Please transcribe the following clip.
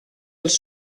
els